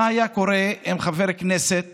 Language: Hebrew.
מה היה קורה אם חבר כנסת